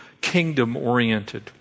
kingdom-oriented